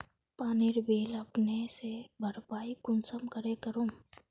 पानीर बिल अपने से भरपाई कुंसम करे करूम?